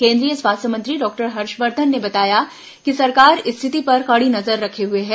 केंद्रीय स्वास्थ्य मंत्री डॉक्टर हर्षवर्धन ने बताया कि सरकार स्थिति पर कड़ी नजर रखे हुए है